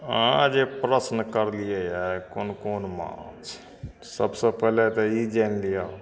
अहाँ जे प्रश्न करलिए यऽ कोन कोन माछ सबसे पहिले तऽ ई जानि लिअऽ